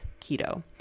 keto